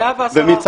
110% תעסוקה.